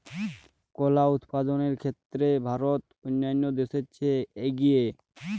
কলা উৎপাদনের ক্ষেত্রে ভারত অন্যান্য দেশের চেয়ে এগিয়ে